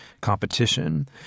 competition